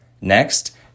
Next